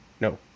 no